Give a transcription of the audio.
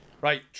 Right